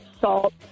Salt